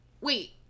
wait